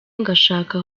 ngashaka